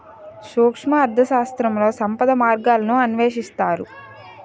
సూక్ష్మ అర్థశాస్త్రంలో సంపద మార్గాలను అన్వేషిస్తారు